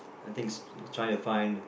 I think it's it's trying to find